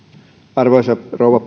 arvoisa rouva